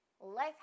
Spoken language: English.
life